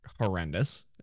horrendous